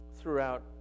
throughout